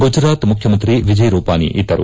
ಗುಜರಾತ್ ಮುಖ್ಯಮಂತ್ರಿ ವಿಜಯ್ ರೂಪಾನಿ ಇದ್ದರು